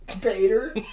Bader